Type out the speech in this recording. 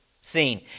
scene